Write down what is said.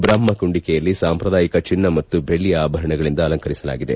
ಬ್ರಹ್ಮ ಕುಂಡಿಕೆಯನ್ನು ಸಾಂಪ್ರದಾಯಿಕ ಚಿನ್ನ ಮತ್ತು ಬೆಳ್ಳಿಯ ಆಭರಣಗಳಿಂದ ಅಲಂಕರಿಸಲಾಗಿದೆ